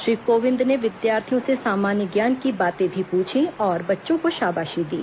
श्री कोविंद ने विद्यार्थियों से सामान्य ज्ञान की भी बाते पूछी और बच्चों को शाबाशी दी